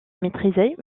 maîtrisée